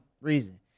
reason